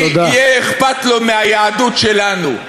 מי יהיה אכפת לו מהיהדות שלנו?